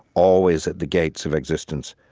always at the gates of existence,